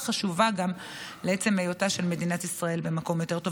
חשובה לעצם היותה של מדינת ישראל במקום יותר טוב.